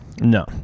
No